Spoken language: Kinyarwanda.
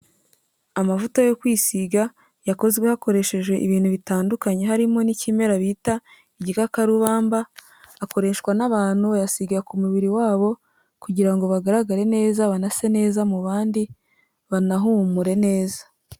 Amavuta yo kwisiga yakozwe hakoresheje ibintu bitandukanye harimo n'ikimera bita igikakarubamba, akoreshwa n'abantu, bayasiga ku mubiri wabo kugira ngo bagaragare neza banase neza mu bandi, banahumure neza.